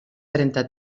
trenta